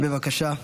בבקשה.